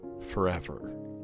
forever